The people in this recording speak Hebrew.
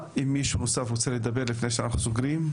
האם מישהו נוסף רוצה לדבר לפני שאנחנו סוגרים?